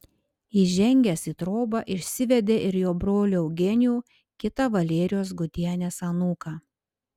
įžengęs į trobą išsivedė ir jo brolį eugenijų kitą valerijos gudienės anūką